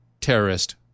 terrorist